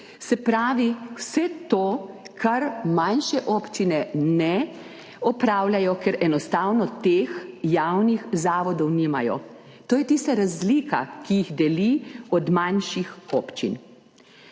se pravi vse to, kar manjše občine ne opravljajo, ker enostavno teh javnih zavodov nimajo. To je tista razlika, ki jih deli od manjših občin.